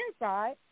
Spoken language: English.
inside